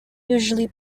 usually